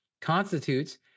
constitutes